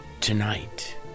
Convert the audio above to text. Tonight